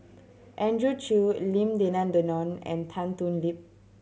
Andrew Chew Lim Denan Denon and Tan Thoon Lip